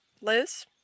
Liz